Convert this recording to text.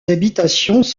habitations